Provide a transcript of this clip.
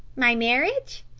my marriage?